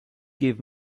give